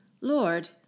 Lord